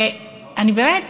ואני באמת